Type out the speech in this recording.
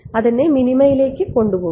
അതെന്നെ മിനിമയിലേക്ക് കൊണ്ടുപോകൂ